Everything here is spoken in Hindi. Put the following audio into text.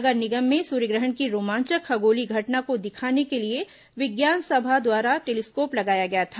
नगर निगम में सूर्यग्रहण की रोमांचक खगोलीय घटना को दिखाने के लिए विज्ञान सभा द्वारा टेलीस्कोप लगाया गया था